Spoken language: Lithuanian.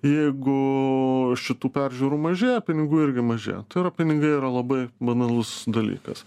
jeigu šitų peržiūrų mažėja pinigų irgi mažėja tai yra pinigai yra labai banalus dalykas